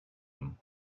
them